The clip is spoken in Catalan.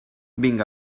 vinc